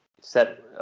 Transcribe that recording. set